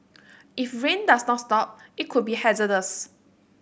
if rain does not stop it could be hazardous